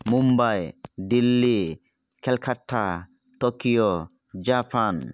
Mumbai Delhi Calcutta Tokyo Japan